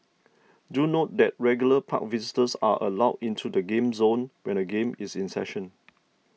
do note that regular park visitors are allowed into the game zone when a game is in session